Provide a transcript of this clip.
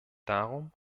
darum